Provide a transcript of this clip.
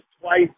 twice